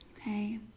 okay